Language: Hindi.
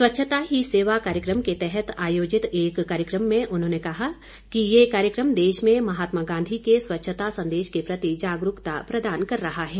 स्वच्छता ही सेवा के तहत आयोजित एक कार्यक्रम में उन्होंने कहा कि ये कार्यक्रम देश में महात्मा गांधी के स्वच्छता संदेश के प्रति जागरूकता प्रदान कर रहा है